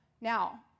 Now